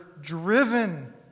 driven